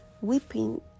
weeping